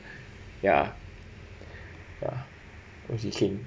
ya ya